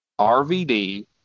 RVD